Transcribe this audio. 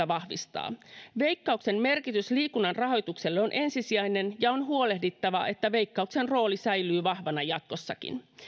vahvistaa veikkauksen merkitys liikunnan rahoitukselle on ensisijainen ja on huolehdittava että veikkauksen rooli säilyy vahvana jatkossakin